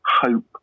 hope